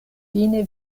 fine